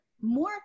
more